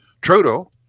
Trudeau